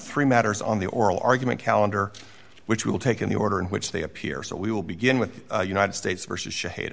three matters on the oral argument calendar which will take in the order in which they appear so we will begin with united states versus sh